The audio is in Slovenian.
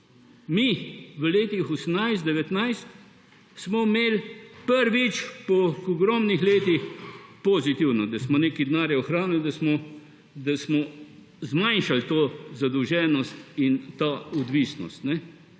Mi v letih 1918, 1919 smo imeli prvič po ogromnih letih pozitivno, da smo nekaj denarja ohranili, da smo zmanjšali to zadolženost in to odvisnost.